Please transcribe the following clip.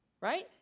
Right